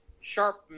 sharp